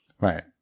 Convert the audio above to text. Right